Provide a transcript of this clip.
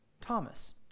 Thomas